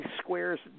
squares